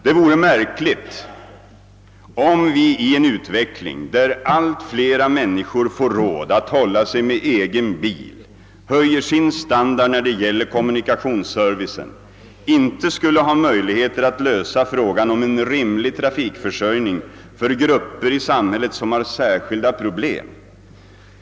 Det vore märkligt om vi i en utveckling, där allt flera människor får råd att hålla sig med egen bil och höjer sin standard när det gäller kommmnikationsservicen, inte skulle ha möjligheter att lösa frågan om en rimlig trafikförsörjning för grupper i samhället, som har särskilda problem.